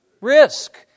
risk